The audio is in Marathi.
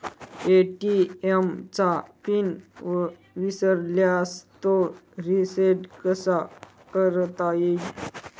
ए.टी.एम चा पिन विसरल्यास तो रिसेट कसा करता येईल?